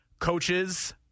coaches